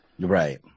Right